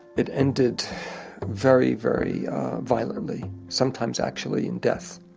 it ended very very violently, sometimes actually in death.